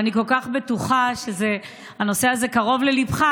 אבל אני כל כך בטוחה שהנושא הזה קרוב לליבך,